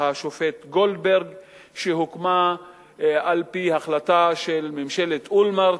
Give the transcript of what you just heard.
השופט גולדברג שהוקמה על-פי החלטה של ממשלת אולמרט.